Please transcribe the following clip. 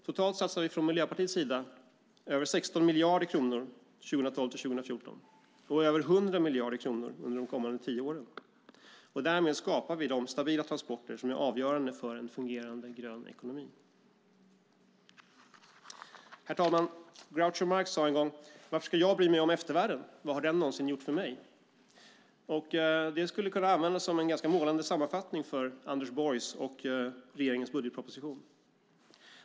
Totalt satsar vi från Miljöpartiets sida över 16 miljarder kronor 2012-2014 och över 100 miljarder kronor under de kommande tio åren. Därmed skapar vi de stabila transporter som är avgörande för en fungerande grön ekonomi. Herr talman! Groucho Marx sade en gång: Varför ska jag bry mig om eftervärlden? Vad har den någonsin gjort för mig? Det skulle kunna användas som en ganska målande sammanfattning av Anders Borgs och regeringens budgetproposition.